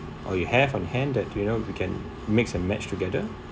or you have on hand that you know you can mix and match together